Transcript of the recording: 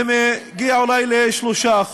זה מגיע אולי ל-3%.